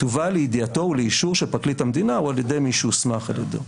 תובא לידיעתו ולאישור של פרקליט המדינה או על ידי מי שהוסמך על ידו.